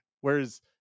Whereas